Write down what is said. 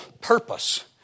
purpose